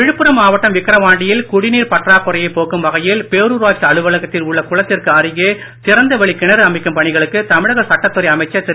விழுப்புரம் குடிநீர் பற்றாக்குறையைப் போக்கும் வகையில் பேரூராட்சி அலுவலகத்தில் உள்ள குளத்திற்கு அருகே திறந்த வெளி கிணறு அமைக்கும் பணிகளுக்கு தமிழக சட்டத்துறை அமைச்சர் திரு